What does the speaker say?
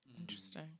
Interesting